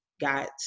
got –